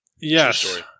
Yes